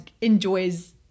enjoys